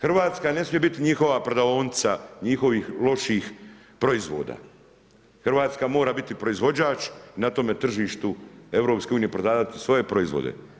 Hrvatska ne smije biti njihova prodavaonica njihovih loših proizvoda, Hrvatska mora biti proizvođač na tome tržištu EU prodavati svoje proizvode.